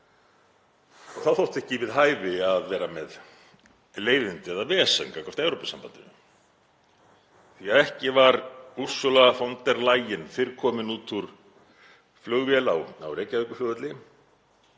Þá þótti ekki við hæfi að vera með leiðindi eða vesen gagnvart Evrópusambandinu því að ekki var Ursula von der Leyen fyrr komin út úr flugvél á Reykjavíkurflugvelli,